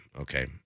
okay